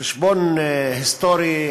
בחשבון היסטורי,